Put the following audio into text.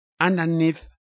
Underneath